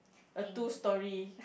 a two storey